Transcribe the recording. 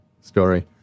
story